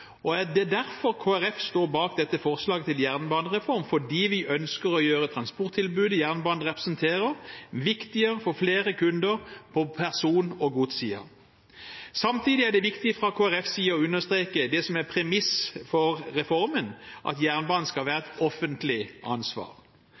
transportutfordringer. Det er derfor Kristelig Folkeparti står bak dette forslaget til jernbanereform – fordi vi ønsker å gjøre transporttilbudet jernbanen representerer, viktigere for flere kunder på person- og godssiden. Samtidig er det viktig fra Kristelig Folkepartis side å understreke det som er en premiss for reformen, at jernbanen skal være et offentlig ansvar.